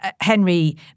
Henry